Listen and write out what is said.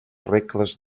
regles